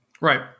Right